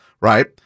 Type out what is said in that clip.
right